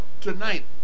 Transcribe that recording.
tonight